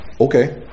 Okay